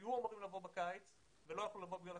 שהיו אמורים לבוא בקיץ ולא יכלו לבוא בגלל הקורונה,